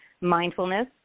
mindfulness